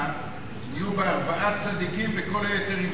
יהיו בה ארבעה צדיקים, וכל היתר יברחו מפה.